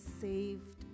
saved